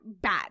bad